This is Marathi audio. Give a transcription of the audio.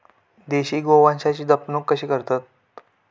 देशी गोवंशाची जपणूक कशी करतत?